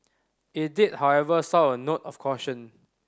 it did however sound a note of caution